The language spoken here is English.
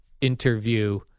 interview